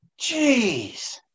Jeez